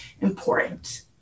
important